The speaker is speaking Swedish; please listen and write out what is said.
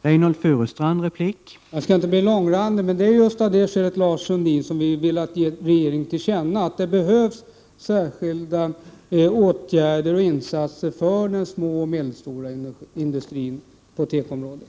Herr talman! Jag skall inte bli långrandig. Men det är av det skälet, Lars Sundin, som vi vill ge regeringen till känna att det behövs särskilda åtgärder och insatser för de småoch medelstora företagen på tekoområdet.